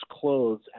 clothes